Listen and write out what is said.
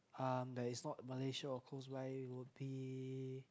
um that is not Malaysia or close by would be